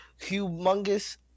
humongous